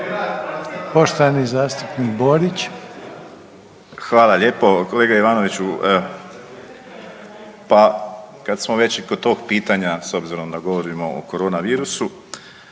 Josip (HDZ)** Hvala lijepo. Kolega Ivanoviću pa kad smo već i kod tog pitanja s obzirom da govorimo o corona virusu,